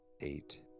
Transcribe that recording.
eight